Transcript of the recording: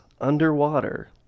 underwater